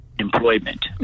employment